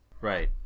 right